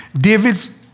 David's